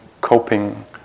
coping